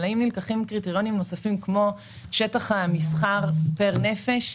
האם נלקחים בחשבון קריטריונים נוספים כמו שטח המסחר פר נפש,